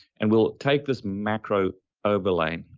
and we'll take this macro overlay,